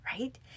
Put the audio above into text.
Right